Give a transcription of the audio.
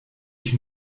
ich